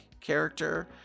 character